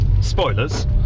Spoilers